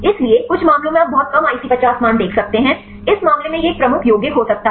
इसलिए कुछ मामलों में आप बहुत कम IC50 मान देख सकते हैं इस मामले में यह एक प्रमुख यौगिक हो सकता है